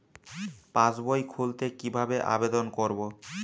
পাসবই খুলতে কি ভাবে আবেদন করব?